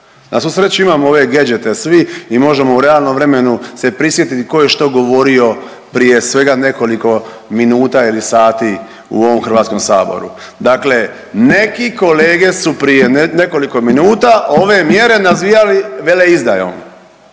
Na svu sreću imamo ove geđete svi i možemo u realnom vremenu se prisjetiti ko je što govorio prije svega nekoliko minuta ili sati u ovom HS. Dakle neki kolege su prije nekoliko minuta ove mjere nazivali veleizdajom,